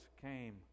came